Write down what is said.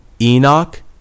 Enoch